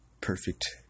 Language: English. perfect